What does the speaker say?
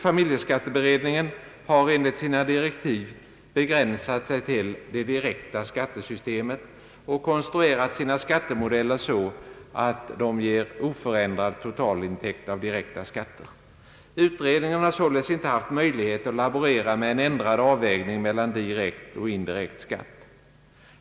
Familjeskatteberedningen har enligt sina direktiv begränsat sig till det direkta skattesystemet och konstruerat sina skattemodeller så att de ger oförändrad totalintäkt av direkta skatter. Utredningen har således inte haft möjlighet att laborera med en ändrad avvägning mellan direkt och indirekt skatt.